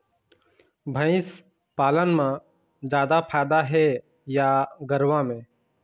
भंइस पालन म जादा फायदा हे या गरवा में?